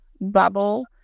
bubble